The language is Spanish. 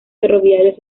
ferroviarios